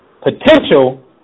potential